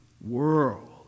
world